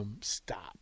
stop